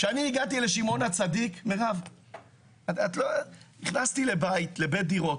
כשאני הגעתי לשמעון הצדיק נכנסתי לבית דירות,